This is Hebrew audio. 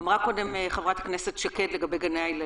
אמרה קודם חברת הכנסת שקד לגבי גני הילדים,